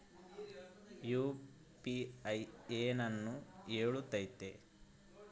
UPI ಏನನ್ನು ಹೇಳುತ್ತದೆ?